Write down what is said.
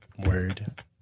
word